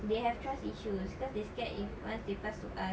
they have trust issues cause they scared if once they pass to us